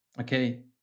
Okay